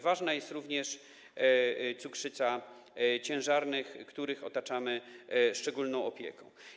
Ważna jest również cukrzyca ciężarnych, które otaczamy szczególną opieką.